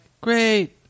great